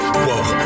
whoa